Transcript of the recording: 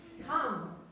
Come